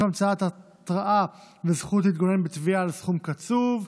המצאת התראה וזכות להתגונן בתביעה על סכום קצוב).